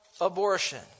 abortion